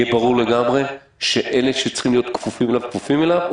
יהיה ברור לגמרי שאלה שצריכים להיות כפופים אליו כפופים אליו?